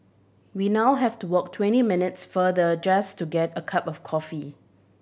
we now have to walk twenty minutes farther just to get a cup of coffee